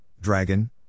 dragon